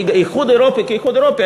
כי האיחוד האירופי כאיחוד אירופי,